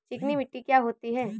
चिकनी मिट्टी क्या होती है?